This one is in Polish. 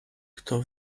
kto